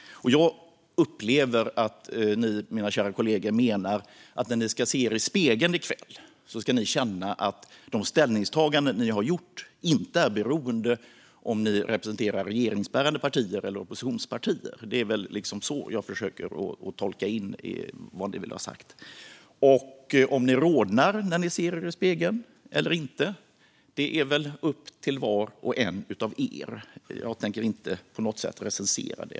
Jag upplever att ni, mina kära kollegor, menar att ni när ni ska se er i spegeln i kväll ska känna att de ställningstaganden ni har gjort inte är beroende av om ni representerar regeringsbärande partier eller oppositionspartier. Det är så jag tolkar vad ni säger. Om ni rodnar när ni ser er i spegeln eller inte är väl upp till var och en av er. Jag tänker inte på något sätt recensera det.